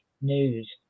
news